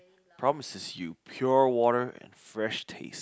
promises you pure water and fresh taste